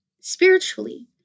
Spiritually